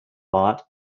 bought